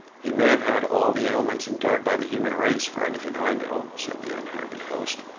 he may have had all the ailments endured by the human race for anything i know, said the unhappy host.